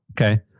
Okay